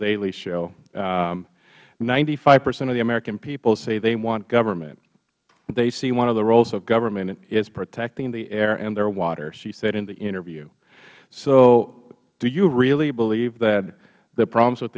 daily show ninety five percent of the american people say they want government they see one of the roles of government is protecting the air and their water she said in the interview so do you really believe that the problems with